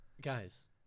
Guys